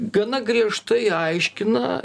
gana griežtai aiškina